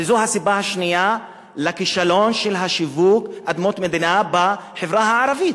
וזו הסיבה השנייה לכישלון של שיווק אדמות מדינה בחברה הערבית: